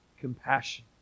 compassion